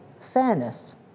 fairness